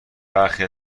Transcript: برخی